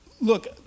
look